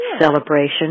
celebration